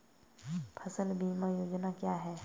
फसल बीमा योजना क्या है?